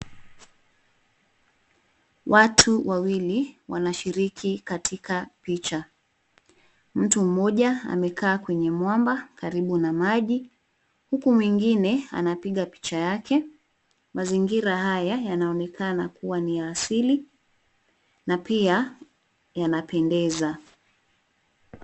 Watu wawili wanashiriki katika picha, mtu mmoja amekaa kwenye mwamba karibu na maji huku mwengine anapiga picha yake. Mazingira haya yanaonekana kuwa ni ya asili na pia yanapendeza.